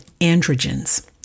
androgens